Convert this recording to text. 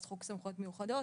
אז חוק סמכויות מיוחדות.